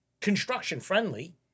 construction-friendly